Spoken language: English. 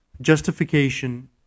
Justification